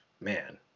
man